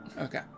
Okay